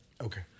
Okay